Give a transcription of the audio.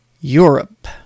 Europe